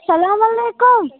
سَلام علیکُم